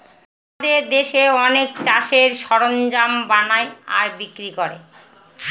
আমাদের দেশে অনেকে চাষের সরঞ্জাম বানায় আর বিক্রি করে